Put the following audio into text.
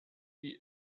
die